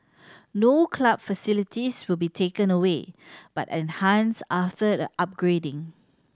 no club facilities will be taken away but enhanced after the upgrading